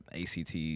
ACT